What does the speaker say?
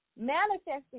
Manifesting